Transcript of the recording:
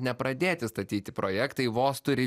nepradėti statyti projektai vos turi